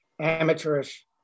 amateurish